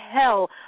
hell